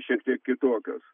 šiek tiek kitokios